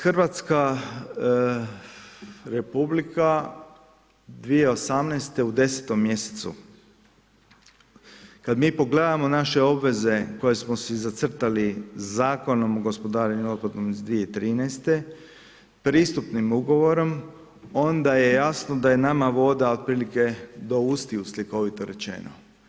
Hrvatska Republika 2018. u 10. mj. kada mi pogledamo naše obveze koje smo si zacrtala Zakonom o gospodarenjem otpadom iz 2013. pristupnim ugovorom, onda je jasno da je nama voda, otprilike do ustaju slikovito rečeno.